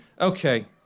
Okay